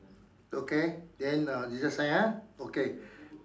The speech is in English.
okay then ah zig-zag sign ah okay